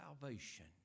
salvation